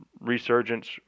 resurgence